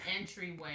entryway